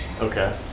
Okay